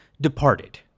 departed